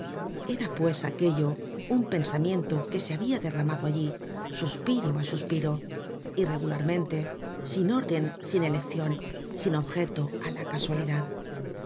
era pues aquello un pensamiento que se habia derramado allí suspiro á suspiro irregularmente sin orden sin eleccion sin objeto á la casualidad